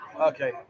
Okay